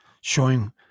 showing